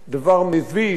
דבר בעייתי,